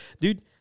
dude